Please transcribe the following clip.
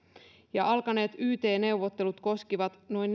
ja alkaneet yt neuvottelut koskivat noin